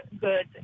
good